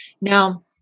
now